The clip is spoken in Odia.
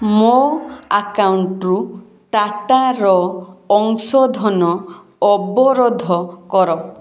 ମୋ ଆକାଉଣ୍ଟରୁ ଟାଟାର ଅଂଶ ଧନ ଅବରୋଧ କର